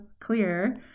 clear